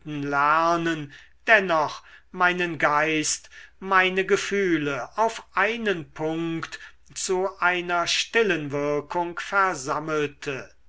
lernen dennoch meinen geist meine gefühle auf einen punkt zu einer stillen wirkung versammelte